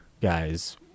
guys